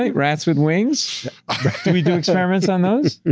ah rats with wings? do we do experiments on those?